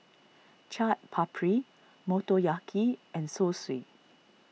Chaat Papri Motoyaki and Zosui